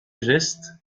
gestes